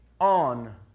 on